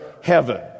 heaven